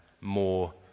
more